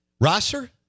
roster